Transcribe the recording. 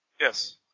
Yes